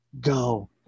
Go